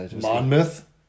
Monmouth